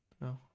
No